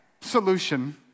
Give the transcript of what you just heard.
solution